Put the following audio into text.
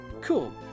cool